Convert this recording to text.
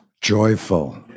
joyful